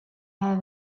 have